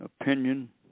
opinion